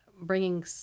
bringing